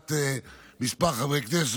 לדעת כמה חברי כנסת,